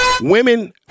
women